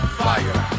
fire